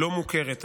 לא מוכרת.